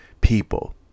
people